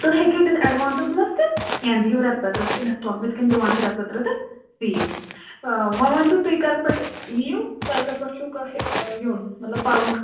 تُہۍ ہیٚکِو دِتھ اٮ۪ڈوانسس منٛز تہِ یا دِیِو رٮ۪تہٕ پتہٕ رٮ۪تہٕ اِنسٹال ہُتھ کَنۍ دِوان چھِ رٮ۪تہٕ پتہٕ رٮ۪تہٕ فیٖس وَؤنِتو تُہۍ کر پٮ۪ٹھ یِیِو تۄہہِ کر پٮ۪ٹھ چھُوکہے یُن مطلب پرُن